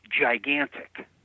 Gigantic